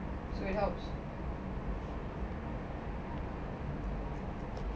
ஆனா உன்னக்கு ஒரு வெல்ல கெடைச்சிதுன்னா:aana unnaku oru vella kedaichithuna it's the best thing [lah]because உன்னக்கு:unnaku